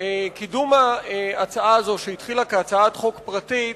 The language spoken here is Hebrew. קידום ההצעה הזאת, שהתחילה כהצעת חוק פרטית,